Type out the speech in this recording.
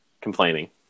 complaining